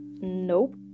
Nope